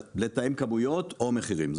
לתאם כמויות או מחירים.